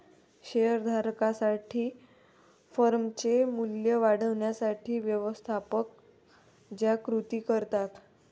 share धारकांसाठी फर्मचे मूल्य वाढवण्यासाठी व्यवस्थापक ज्या कृती करतात